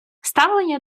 ставлення